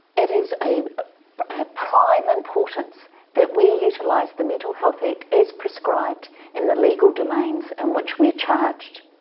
it is a ah prime importance that we utilise the mental health act as prescribed in the legal domains in and which we are charged.